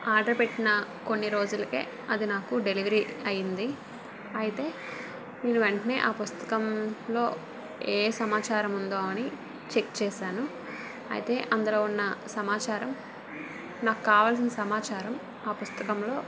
order పెట్టిన కొన్ని రోజులకే అది నాకు డెలివరీ అయింది అయితే నేను వెంటనే ఆ పుస్తకంలో ఏ సమాచారం ఉందో అని చెక్ చేసాను అయితే అందులో ఉన్న సమాచారం నాకు కావాలసిన సమాచారం ఆ పుస్తకంలో